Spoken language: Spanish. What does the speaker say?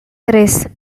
tres